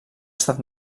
estat